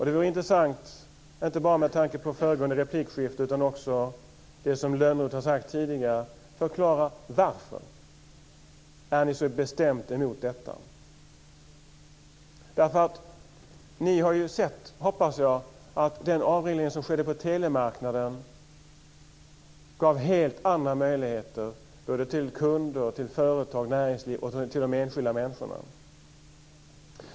Det vore intressant, inte bara med tanke på föregående replikskifte utan också med tanke på vad Lönnroth har sagt tidigare, att få förklarat varför ni är så bestämt emot detta. Ni har sett, hoppas jag, att den avreglering som skedde på telemarknaden gav helt andra möjligheter till kunder, till företag, näringsliv och t.o.m. de enskilda människorna.